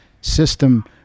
system